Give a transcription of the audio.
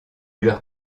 leur